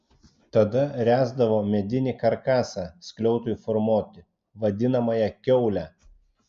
tada ręsdavo medinį karkasą skliautui formuoti vadinamąją kiaulę